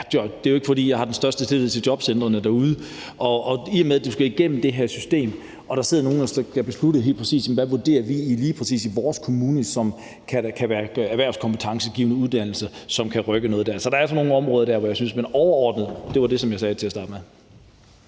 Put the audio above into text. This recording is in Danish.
Det er ikke, fordi jeg har den største tillid til jobcentrene derude, og du skal jo igennem det her system, og der sidder nogle, der skal beslutte, hvad de lige præcis i deres kommune vurderer kan være erhvervskompetencegivende uddannelser, som kan rykke noget der. Så der er altså nogle områder, som jeg synes man overordnet skal se på. Det var det, som jeg sagde til at starte med.